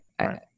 Right